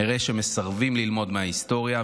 נראה שמסרבים ללמוד מההיסטוריה,